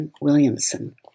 Williamson